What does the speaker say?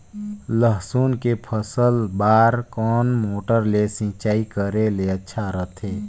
लसुन के फसल बार कोन मोटर ले सिंचाई करे ले अच्छा रथे?